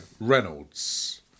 Reynolds